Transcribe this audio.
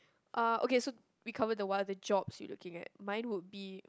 uh okay so we cover the one the jobs we looking at mine would be